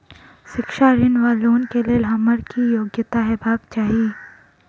शिक्षा ऋण वा लोन केँ लेल हम्मर की योग्यता हेबाक चाहि?